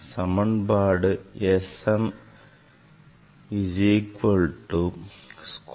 சமன்பாடு Sm is equal to square root of a m